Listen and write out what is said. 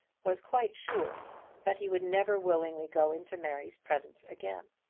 was quite sure that he would never willingly go into mary's presence again.